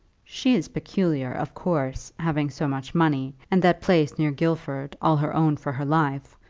she is peculiar, of course having so much money, and that place near guildford, all her own for her life.